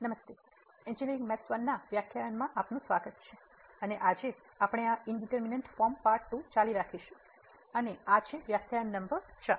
નમસ્તે એન્જિનિયરિંગ ગણિત I ના વ્યાખ્યાનોમાં આપનું સ્વાગત છે અને આજે આપણે આ ઇનડીટરમીનેટ ફોર્મ ભાગ 2 ચાલુ રાખીશું અને આ છે વ્યાખ્યાન નંબર 4